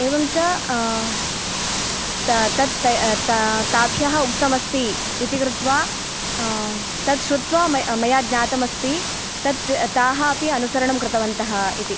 एवं च त तत् त ताभ्यः उक्तमस्ति इति कृत्वा तत् श्रुत्वा मया ज्ञातमस्ति तत् ताः अपि अनुसरणं कृतवन्तः इति